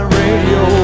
radio